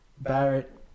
Barrett